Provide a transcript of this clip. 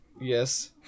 Yes